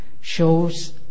shows